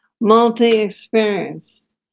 multi-experienced